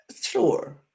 sure